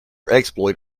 exploit